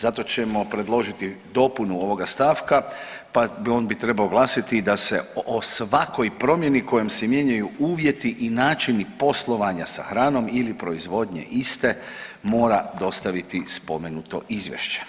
Zato ćemo predložiti dopunu ovoga stavka pa bi on trebao glasiti da se o svakoj promjeni kojom se mijenjaju uvjeti i načini poslovanja sa hranom ili proizvodnji iste mora dostaviti spomenuto izvješće.